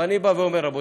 אני בא ואומר: רבותיי,